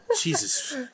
Jesus